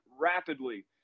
rapidly